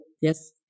Yes